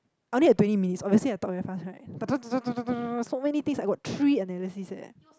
I only have twenty minutes obviously I talk very fast right da da da da da so many things I got three analysis eh